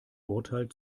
urteil